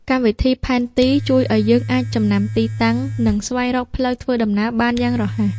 កម្មវិធីផែនទី ជួយឱ្យយើងអាចចំណាំទីតាំង និងស្វែងរកផ្លូវធ្វើដំណើរបានយ៉ាងរហ័ស។